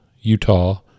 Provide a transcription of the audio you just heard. Utah